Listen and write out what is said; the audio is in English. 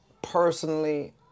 Personally